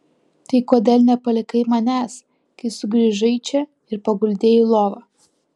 tai kodėl nepalikai manęs kai sugrįžai čia ir paguldei į lovą